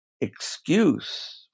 excuse